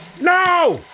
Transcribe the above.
No